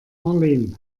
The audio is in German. marleen